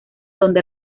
donde